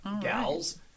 Gals